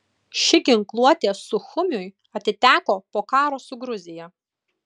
ši ginkluotė suchumiui atiteko po karo su gruzija